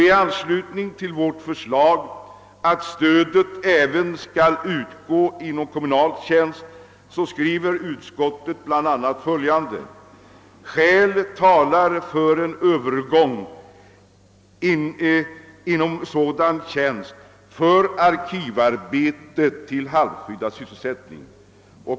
I anslutning till vårt förslag att stödet även skall kunna utgå inom kommunal tjänst skriver utskottet bl.a. följande: »Skäl talar för en övergång inom sådan tjänst från arkivarbete till halvskyddad sysselsättning.